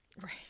Right